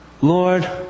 Lord